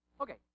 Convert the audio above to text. okay